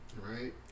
Right